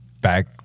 back